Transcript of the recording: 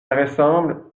ressemble